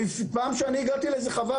פעם כשאני הגעתי לאיזה חווה,